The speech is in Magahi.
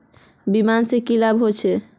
बीमा से की लाभ होचे?